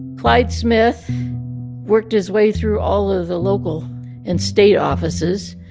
clyde smith worked his way through all of the local and state offices,